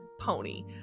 pony